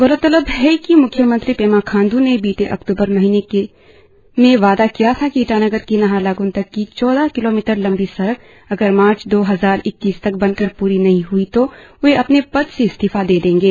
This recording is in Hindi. गौरतलब है कि म्ख्यमंत्री पेमा खांड्र ने बीते अक्ट्रबर महीने में वादा किया था कि ईटानगर से नाहरलग्न तक की चौदह किलोमीटर लंबी सड़क अगर मार्च दो हजार इक्कीस तक बनकर प्री नहीं हई तों वे अपने पद से इस्तीफा दे देंगे